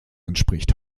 entspricht